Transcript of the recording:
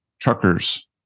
truckers